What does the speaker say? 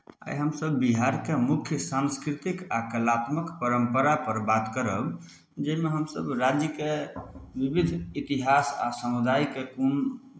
आइ हमसभ बिहारके मुख्य सांस्कृतिक आ कलात्मक परम्परापर बात करब जाहिमे हमसभ राज्यके विविध इतिहास आ समुदायके कोन